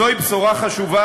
זוהי בשורה חשובה,